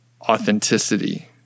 authenticity